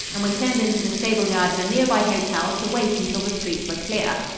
and we turned into the stable-yard of a nearby hotel to wait until the streets were clear.